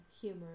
humor